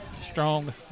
strong